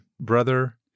brother